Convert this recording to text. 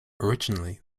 originally